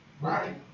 Right